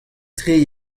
tre